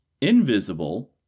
invisible